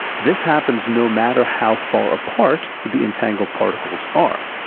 this happens no matter how far apart the entangled particles are.